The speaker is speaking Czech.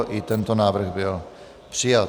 I tento návrh byl přijat.